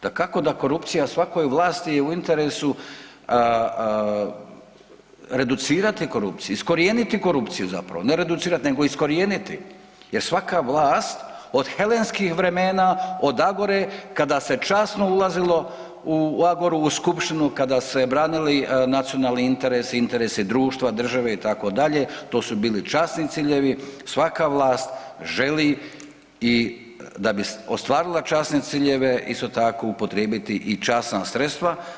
Dakako da korupcija, svakoj vlasti je u interesu reducirati korupciju, iskorijeniti korupciju zapravo ne reducirati nego iskorijeniti jer svaka vlast od helenskih vremena, od Agore, kada se časno ulazilo u Agoru u skupštinu kada su se branili nacionalni interesi, interesi društva, države itd., to su bili časni ciljevi, svaka vlast želi i da bi ostvarila časne ciljeve isto tako upotrijebiti i časna sredstava.